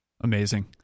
Amazing